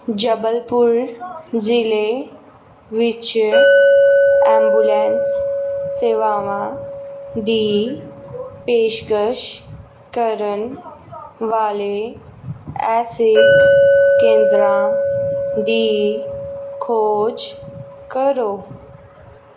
ਜਬਲਪੁਰ ਜ਼ਿਲ੍ਹੇ ਵਿੱਚ ਐਂਬੂਲੈਂਸ ਸੇਵਾਵਾਂ ਦੀ ਪੇਸ਼ਕਸ਼ ਕਰਨ ਵਾਲੇ ਐਸਿਕ ਕੇਂਦਰਾਂ ਦੀ ਖੋਜ ਕਰੋ